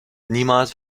niemals